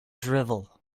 drivel